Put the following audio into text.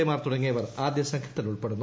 A മാർ തുടങ്ങിയവർ ആദ്യ സംഘത്തിൽ ഉൾപ്പെടുന്നു